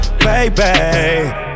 Baby